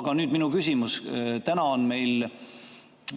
Aga nüüd minu küsimus. Täna on meil